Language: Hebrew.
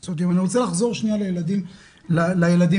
-- אני רוצה לחזור לילדים שלנו.